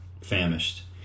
famished